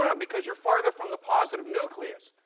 um because you're farther from the positive nucleus.